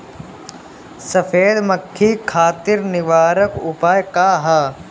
सफेद मक्खी खातिर निवारक उपाय का ह?